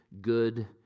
good